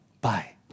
bye